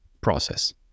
process